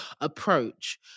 approach